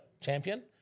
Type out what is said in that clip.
champion